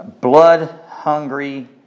blood-hungry